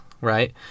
right